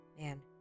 man